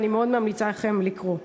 ואני מאוד ממליצה לכם לקרוא: